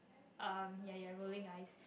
um ya you are rolling eyes